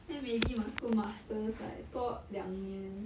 then maybe must go masters like 多两年